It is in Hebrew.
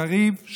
קריב,